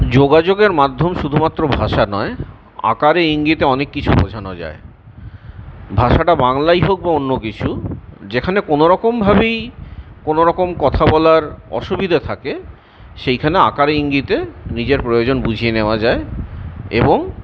যোগাযোগের মাধ্যম শুধুমাত্র ভাষা নয় আকারে ইঙ্গিতে অনেক কিছু বোঝানো যায় ভাষাটা বাংলাই হোক বা অন্য কিছু যেখানে কোনোরকমভাবেই কোনোরকম কথা বলার অসুবিধা থাকে সেইখানে আকারে ইঙ্গিতে নিজের প্রয়োজন বুঝিয়ে নেওয়া যায় এবং